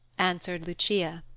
answered lucia.